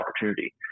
opportunity